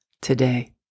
today